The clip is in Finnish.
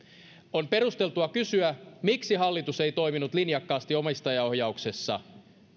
on perusteltua kysyä miksi hallitus ei toiminut linjakkaasti omistajaohjauksessa